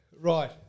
Right